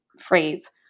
phrase